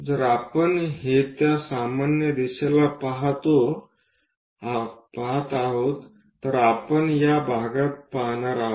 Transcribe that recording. जर आपण हे त्या सामान्य दिशेला पहात आहोत तर आपण हा भाग पाहणार आहोत